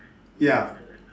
ya